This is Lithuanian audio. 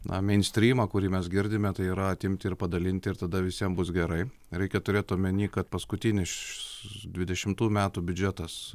na meinstrymą kurį mes girdime tai yra atimti ir padalinti ir tada visiems bus gerai reikia turėti omenyje kad paskutinius dvidešimt metų biudžetas